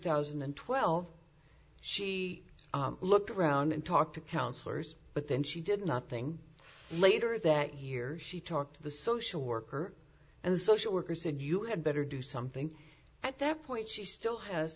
thousand and twelve she looked around and talked to counselors but then she did nothing later that year she talked to the social worker and the social worker said you had better do something at that point she still